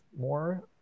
more